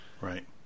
Right